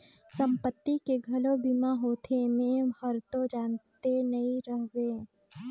संपत्ति के घलो बीमा होथे? मे हरतो जानते नही रहेव